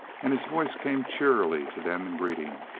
and his voice came cheerily to them in greeting.